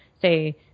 say